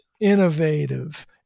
innovative